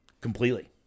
Completely